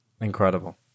incredible